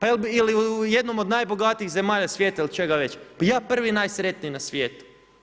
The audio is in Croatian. Ili jednu od najbogatijih zemalja svijeta ili čega već, ja prvi najsretniji na svijetu.